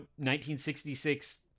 1966